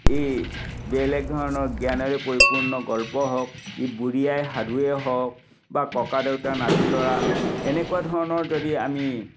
এই বেলেগ ধৰণৰ জ্ঞানেৰে পৰিপূৰ্ণ গল্প হওক ই বুঢ়ী আই সাধুৱেই হওক বা ককা দেউতা নাতি ল'ৰা এনেকুৱা ধৰণৰ যদি আমি